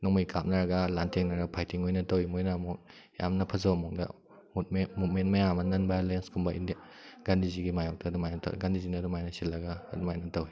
ꯅꯣꯡꯃꯩ ꯀꯥꯞꯅꯔꯒ ꯂꯥꯟꯊꯦꯡꯅꯔꯒ ꯐꯥꯏꯇꯤꯡ ꯑꯣꯏꯅ ꯇꯧꯏ ꯃꯣꯏꯅ ꯑꯃꯨꯛ ꯌꯥꯝꯅ ꯐꯖꯕ ꯃꯑꯣꯡꯗ ꯃꯨꯕꯃꯦꯟ ꯃꯨꯞꯃꯦꯟ ꯃꯌꯥꯝ ꯑꯃ ꯅꯟ ꯚꯥꯏꯌꯣꯂꯦꯟꯁ ꯀꯨꯝꯕ ꯒꯥꯟꯙꯤꯖꯤꯒꯤ ꯃꯥꯏꯌꯣꯛꯇ ꯑꯗꯨꯝ ꯍꯥꯏꯅ ꯇꯧꯏ ꯒꯥꯟꯙꯤꯖꯤꯅ ꯑꯗꯨꯝ ꯍꯥꯏꯅ ꯁꯤꯜꯂꯒ ꯑꯗꯨꯝ ꯍꯥꯏꯅ ꯇꯧꯏ